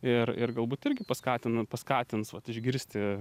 ir ir galbūt irgi paskatina paskatins vat išgirsti